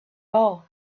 all